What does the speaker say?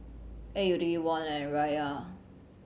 A U D Won and Riyal